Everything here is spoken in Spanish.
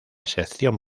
sección